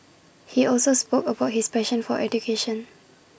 he also spoke about his passion for education